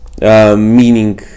Meaning